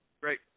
Great